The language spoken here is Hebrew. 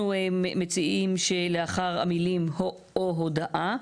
אנחנו מציעים שלאחר המילים "או הודעה",